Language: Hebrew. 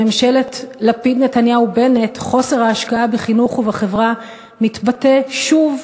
בממשלת לפיד-נתניהו-בנט חוסר ההשקעה בחינוך ובחברה מתבטא שוב,